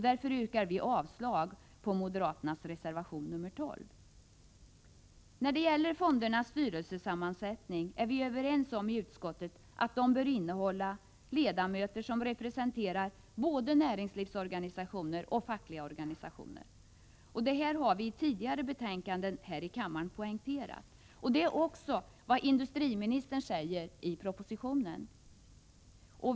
Därför yrkar vi avslag på moderaternas reservation nr 12. När det gäller fondernas styrelsesammansättning är vi överens om i utskottet att styrelserna bör innehålla ledamöter som representerar både näringslivsorganisationer och fackliga organisationer. Detta har vi i tidigare betänkanden här i kammaren poängterat, och detsamma framhålls också av industriministern i propositionen.